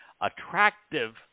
attractive